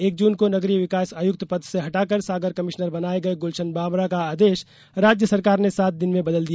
एक जून को नगरीय विकास आयुक्त पद से हटाकर सागर कमिश्नर बनाए गए गुलशन बामरा का आदेश राज्य सरकार ने सात दिन में बदल दिया